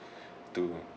to